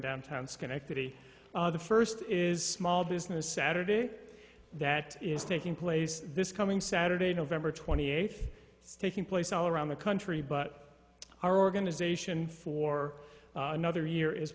downtown schenectady the first is small business saturday that is taking place this coming saturday november twenty eighth it's taking place all around the country but our organization for another year is